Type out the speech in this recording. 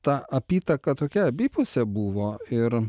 ta apytaka tokia abipusė buvo ir